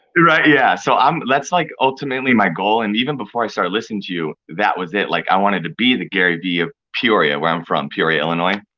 right, yeah, so that's like ultimately my goal and even before i started listening to you, that was it, like, i wanted to be the gary vee of peoria, where i'm from, peoria, illinois,